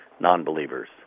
non-believers